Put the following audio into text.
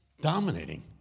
dominating